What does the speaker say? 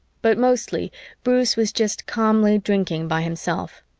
but mostly bruce was just calmly drinking by himself.